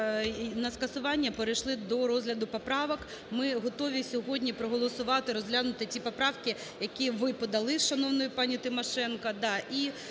на скасування, перейшли до розгляду поправок. Ми готові сьогодні проголосувати, розглянути ті поправки, які ви подали з шановною пані Тимошенко, да,